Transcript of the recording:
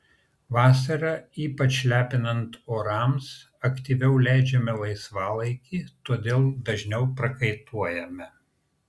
vasarą ypač lepinant orams aktyviau leidžiame laisvalaikį todėl dažniau prakaituojame